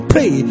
Pray